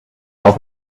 off